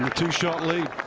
two shot lead.